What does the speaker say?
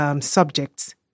subjects